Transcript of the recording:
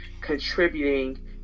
contributing